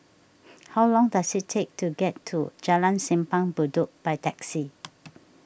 how long does it take to get to Jalan Simpang Bedok by taxi